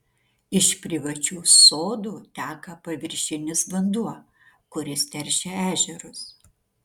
iš privačių sodų teka paviršinis vanduo kuris teršia ežerus